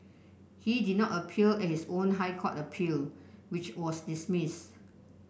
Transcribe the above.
he did not appear at his own High Court appeal which was dismissed